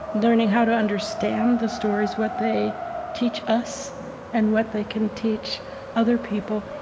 learning how to understand the stories, what they teach us and what they can teach other people,